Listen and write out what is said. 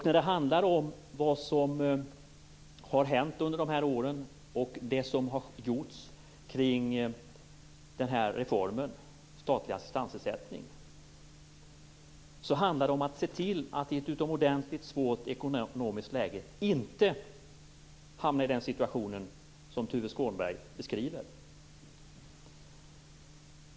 När det gäller det som hänt under de här åren, det som har gjorts i fråga om reformen med den statliga assistansersättningen, handlar det om att se till att vi i ett utomordentligt svårt ekonomiskt läge inte skall hamna i den situation som Tuve Skånberg beskriver.